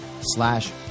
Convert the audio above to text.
slash